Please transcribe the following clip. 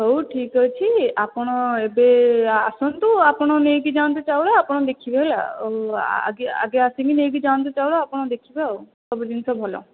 ହେଉ ଠିକ ଅଛି ଆପଣ ଏବେ ଆସନ୍ତୁ ଆପଣ ନେଇକି ଯାଆନ୍ତୁ ଚାଉଳ ଆପଣ ଦେଖିବେ ଆଗେ ଆସିକି ନେଇକି ଯାଆନ୍ତୁ ଚାଉଳ ଆପଣ ଦେଖିବେ ଆଉ ସବୁ ଜିନିଷ ଭଲ